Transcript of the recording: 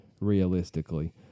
realistically